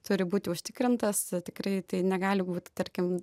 turi būti užtikrintas tikrai tai negali būt tarkim